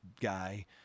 guy